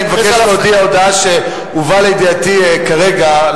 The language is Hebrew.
אני מבקש להודיע שהובא לידיעתי כרגע,